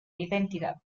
identidad